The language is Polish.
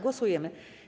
Głosujemy.